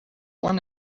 one